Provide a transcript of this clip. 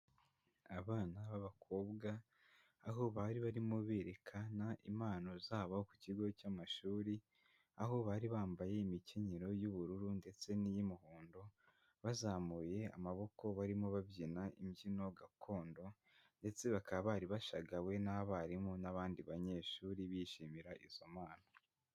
Abana b'abakobwa, aho bari barimo berekana impano zabo ku kigo cy'amashuri, aho bari bambaye imikenyero y'ubururu ndetse n'iy'umuhondo, bazamuye amaboko barimo babyina imbyino gakondo, ndetse bakaba bari bashagawe n'abarimu n'abandi banyeshuri bishimira izo mpano.